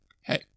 hey